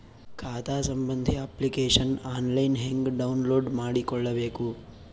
ಖಾತಾ ಸಂಬಂಧಿ application online ಹೆಂಗ್ ಡೌನ್ಲೋಡ್ ಮಾಡಿಕೊಳ್ಳಬೇಕು?